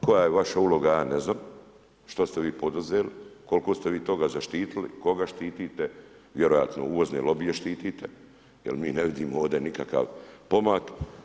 Koja je vaša uloga ja ne znam, što ste vi poduzeli, koliko ste vi toga zaštitili, koga štitite, vjerojatno uvozne lobije štitite jer mi ne vidimo ovdje nikakav pomak.